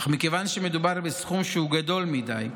אך מכיוון שמדובר בסכום שהוא גדול מדי,